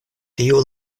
tiu